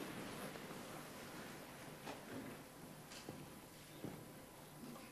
(חברי הכנסת מכבדים בקימה את זכרו של ראש הממשלה ושר הביטחון יצחק